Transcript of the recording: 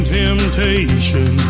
temptation